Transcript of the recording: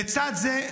לצד זה,